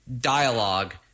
dialogue